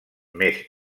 més